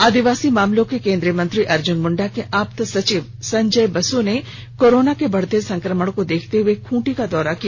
आदिवासी मामलों के केंद्रीय मंत्री अर्जुन मुंडा के आप्त सचिव संजय बसु ने कोरोना के बढ़ते संक्रमण को देखते हुए खूंटी का दौरा किया